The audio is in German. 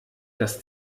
das